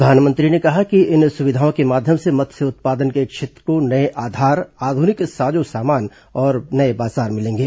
प्रधानमंत्री ने कहा कि इन सुविधाओं के माध्यम से मत्स्य उत्पादन के क्षेत्र को नये आधार आधुनिक साजो सामान और नये बाजार मिलेंगे